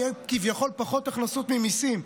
יהיו כביכול פחות הכנסות ממיסים,